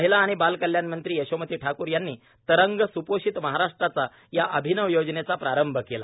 महिला आणि बाल कल्याण मंत्री यशोमती ठाकूर यांनी तरंग स्पोषित महाराष्ट्राचा या अभिनव योजनेचा प्रारंभ केला